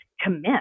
commit